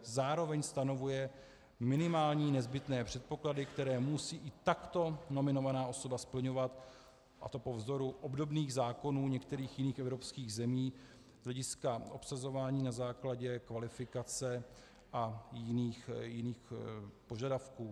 Zároveň stanovuje minimální nezbytné předpoklady, které musí i takto nominovaná osoba splňovat, a to po vzoru obdobných zákonů některých jiných evropských zemí, z hlediska obsazování na základě kvalifikace a jiných požadavků.